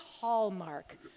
hallmark